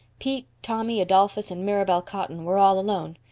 pete, tommy, adolphus, and mirabel cotton were all alone.